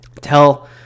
tell